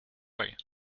way